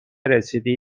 رسیدی